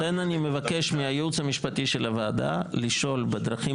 לכן אני מבקש מהייעוץ המשפטי של הוועדה לשאול בדרכים